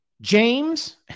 James